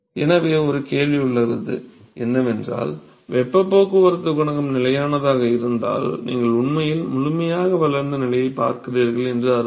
எனவே ஒரு கேள்வி உள்ளது என்னவென்றால் வெப்பப் போக்குவரத்து குணகம் நிலையானதாக இருந்தால் நீங்கள் உண்மையில் முழுமையாக வளர்ந்த நிலையை பார்க்கிறீர்கள் என்று அர்த்தம்